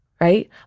right